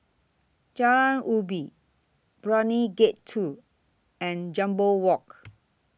Jalan Ubi Brani Gate two and Jambol Walk